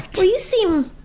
well you seem.